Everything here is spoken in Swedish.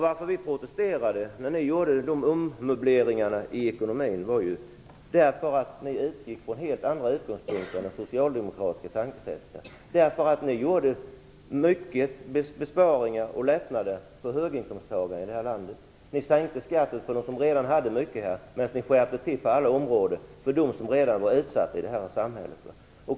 Vi protesterade när ni gjorde ommöbleringar i ekonomin, eftersom ni utgick från helt andra utgångspunkter än ett socialdemokratiskt tänkesätt. Ni gjorde många besparingar och införde lättnader för höginkomsttagare i det här landet. Ni sänkte skatten för dem som redan hade mycket, medan ni skärpte situationen på alla områden för dem som redan var utsatta i samhället.